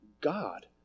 God